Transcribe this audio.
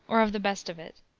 or of the best of it.